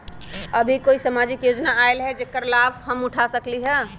अभी कोई सामाजिक योजना आयल है जेकर लाभ हम उठा सकली ह?